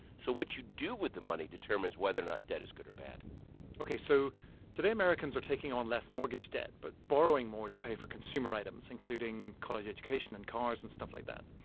so what you do with the money determines whether or not debt is good or bad ok. so today, americans are taking on less mortgage debt but borrowing more to pay for consumer items, including college education and cars and stuff like that,